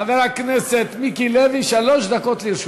חבר הכנסת מיקי לוי, שלוש דקות לרשותך.